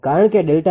તેથી તે 0